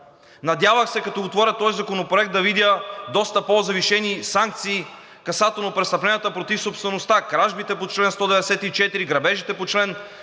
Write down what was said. Надявах се, като отворя този законопроект да видя доста по завишени санкции, касателно престъпленията против собствеността: кражбите по чл. 194, грабежите по чл.